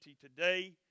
today